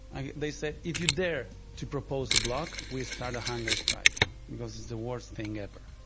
they say, if you dare to propose a block, we start a hunger strike because it's the worst thing ever.